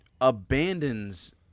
Abandons